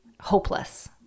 hopeless